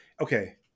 okay